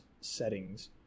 settings